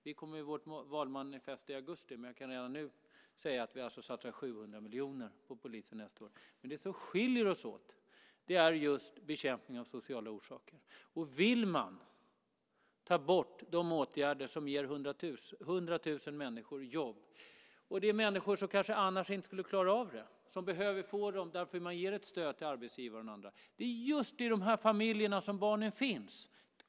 Det kommer i vårt valmanifest i augusti, men jag kan redan nu säga att vi alltså satsar 700 miljoner på polisen nästa år. Det som skiljer oss åt är just bekämpningen av sociala orsaker. Vi vill inte ta bort de åtgärder som ger 100 000 människor jobb, människor som annars kanske inte skulle klara av situationen, människor som behöver få hjälp. Därför ger vi stöd till arbetsgivare och andra. Det är i just de familjerna som barnen finns.